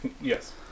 Yes